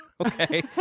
Okay